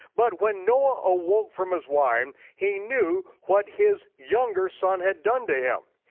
but when noah awoke from his wine, he knew what his younger son had done to him.